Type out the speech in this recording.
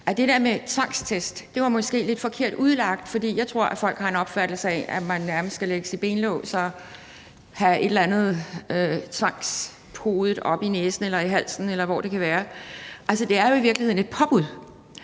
der med tvangstest måske var lidt forkert udlagt, for jeg tror, folk har en opfattelse af, at man nærmest skal lægges i benlås og blive tvangspodet med et eller andet oppe i næsen eller i halsen, eller hvad det kan være. Altså, det er jo i virkeligheden et påbud,